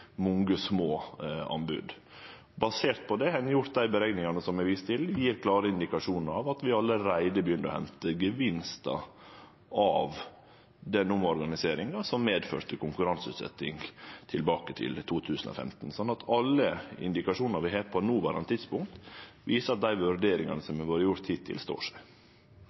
mange små anbod. Basert på det har ein gjort dei berekningane som eg viste til gjev klare indikasjonar på at vi allereie begynner å hente gevinstar av den omorganiseringa som medførte konkurranseutsetjing, tilbake i 2015. Så alle indikasjonane vi har på det noverande tidspunktet, viser at dei vurderingane som har vore gjorde hittil, står seg.